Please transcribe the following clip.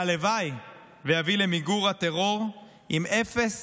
שהלוואי ויביא למיגור הטרור עם אפס